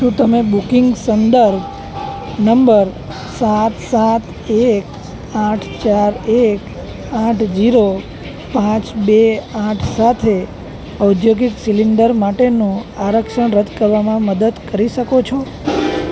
શું તમે બુકિંગ સંદર્ભ નંબર સાત સાત એક આઠ ચાર એક આઠ શૂન્ય પાંચ બે આઠ સાથે ઔદ્યોગિક સિલિન્ડર માટેનું આરક્ષણ રદ કરવામાં મદદ કરી શકો છો